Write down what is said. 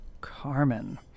Carmen